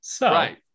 Right